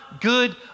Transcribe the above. good